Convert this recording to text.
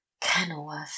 Kenilworth